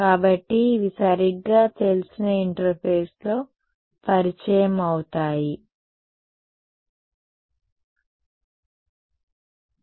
కాబట్టి ఇవి సరిగ్గా తెలిసిన ఇంటర్ఫేస్లో పరిచయం అవుతాయి సరే